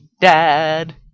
dad